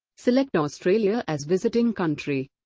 select australia as visiting country